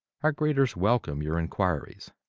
our greeters welcome your inquiries.